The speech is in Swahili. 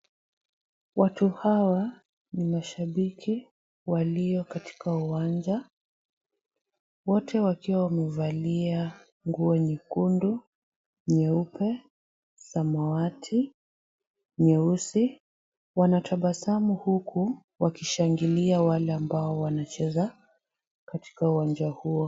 Watu hawa ni mashabiki walio katika uwanja, wote wakiwa wamevalia nguo nyekundu, nyeupe, samawati, nyeusi. Wanatabasamu huku wakishangilia wale ambao wanacheza katika uwanja huo.